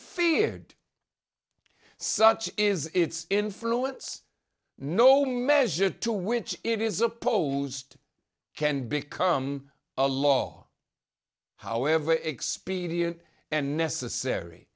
feared such is its influence no measure to which it is opposed can become a law however expedient and necessary